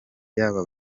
y’aba